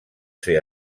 ser